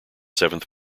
seventh